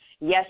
yes